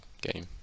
game